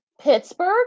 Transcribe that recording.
Pittsburgh